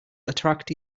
attract